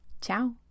Ciao